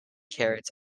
carrots